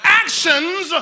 actions